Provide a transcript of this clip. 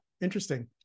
interesting